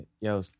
yo